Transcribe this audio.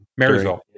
Maryville